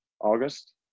August